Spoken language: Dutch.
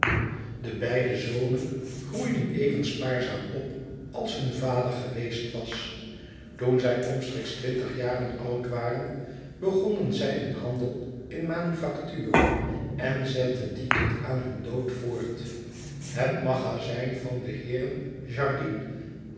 de beide zonen groeiden even spaarzaam op sds hun vader geweest was toen zij omstreeks twintig jaren oud waren begonnen zij een handel in manufacturen en zetten dien tot aan hun dood voort het magazijn van de heeren